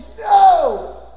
No